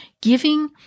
giving